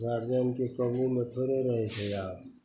गार्जिअनके काबूमे थोड़े रहै छै आब